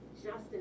Justin